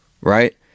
right